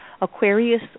Aquarius